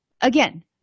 Again